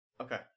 Okay